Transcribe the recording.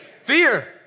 Fear